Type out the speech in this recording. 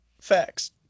facts